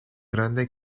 grande